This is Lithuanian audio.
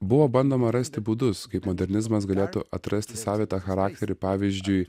buvo bandoma rasti būdus kaip modernizmas galėtų atrasti savitą charakterį pavyzdžiui